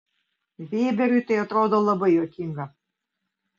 vėberiui tai atrodo labai juokinga